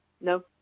No